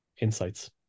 insights